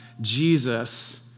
Jesus